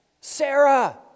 Sarah